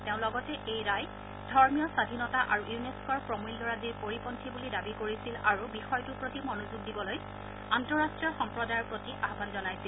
তেওঁ লগতে এই ৰায় ধৰ্মীয় স্বাধীনতা আৰু ইউনেস্কৰ প্ৰমূল্যৰাজিৰ পৰিপন্থী বুলি দাবী কৰিছিল আৰু বিষয়টোৰ প্ৰতি মনোযোগ দিবলৈ আন্তঃৰাষ্ট্ৰীয় সম্প্ৰদায়ৰ প্ৰতি আহান জনাইছিল